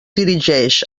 dirigeix